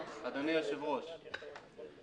אדוני היושב-ראש, סליחה.